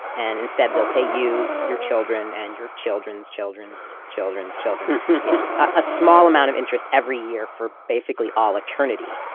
and instead, they'll pay you, your children and your children's children's, children's children a small amount of interest every year for basically all eternity.